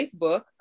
Facebook